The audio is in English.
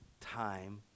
time